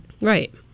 right